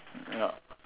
yup